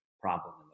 problem